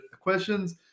questions